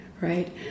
right